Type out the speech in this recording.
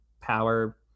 power